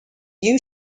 you